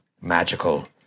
magical